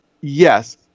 Yes